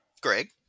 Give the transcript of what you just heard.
Greg